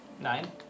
Nine